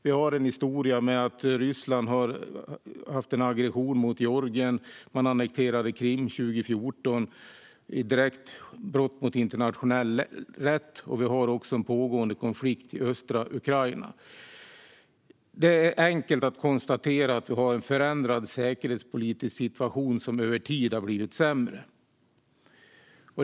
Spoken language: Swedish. Vi har en historia där Ryssland har uppträtt aggressivt mot Georgien, man annekterade Krim 2014, vilket är ett direkt brott mot internationell rätt, och det finns en pågående konflikt i östra Ukraina. Det är enkelt att konstatera att det finns en förändrad säkerhetspolitisk situation som över tid har blivit sämre.